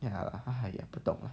ya !haiya! 不懂了